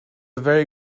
very